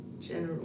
General